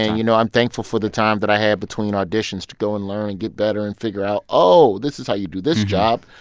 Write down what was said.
you know, i'm thankful for the time that i had between auditions to go and learn and get better and figure out, oh, this is how you do this job.